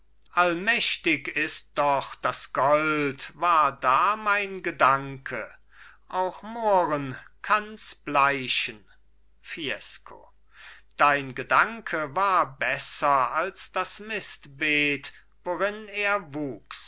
allmächtig ist doch das gold war da mein gedanke auch mohren kanns bleichen fiesco dein gedanke war besser als das mistbeet worin er wuchs